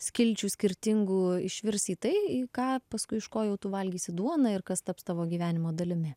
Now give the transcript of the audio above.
skilčių skirtingų išvirs į tai ką paskui iš ko jau tu valgysi duoną ir kas taps tavo gyvenimo dalimi